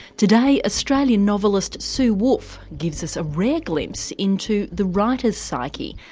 today, australian novelist sue woolfe gives us a rare glimpse into the writer's psyche.